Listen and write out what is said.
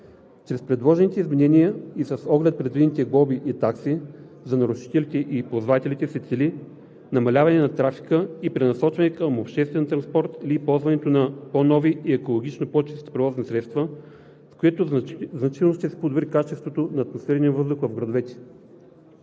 Чрез предложените изменения и с оглед предвидените глоби и такси за нарушителите и ползвателите се цели намаляване на трафика и пренасочване към обществен транспорт или използването на по-нови и екологично по чисти превозни средства, с което значително ще се подобри качеството на атмосферния въздух в градовете.